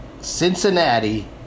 Cincinnati